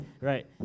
right